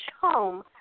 home